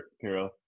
carol